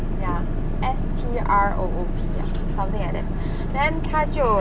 ya S T R O O P something like that then 他就